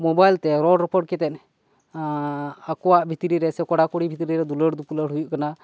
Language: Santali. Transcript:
ᱢᱳᱵᱟᱭᱤᱞ ᱛᱮ ᱨᱚᱲ ᱨᱚᱯᱚᱲ ᱠᱟᱛᱮᱫ ᱟᱠᱚᱭᱟᱜ ᱵᱷᱤᱛᱨᱤ ᱨᱮ ᱥᱮ ᱠᱚᱲᱟ ᱠᱩᱲᱤ ᱵᱷᱤᱛᱨᱤ ᱨᱮ ᱫᱩᱞᱟᱹᱲ ᱰᱩᱯᱞᱟᱹᱲ ᱦᱩᱭᱩᱜ ᱠᱟᱱᱟ